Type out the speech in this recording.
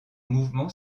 mouvement